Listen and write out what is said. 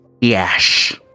Yes